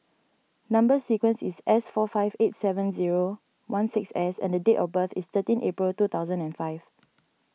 Number Sequence is S four five eight seven zero one six S and the date of birth is thirteen April two thousand and five